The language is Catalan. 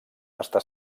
està